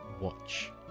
watch